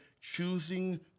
choosing